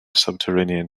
subterranean